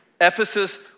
Ephesus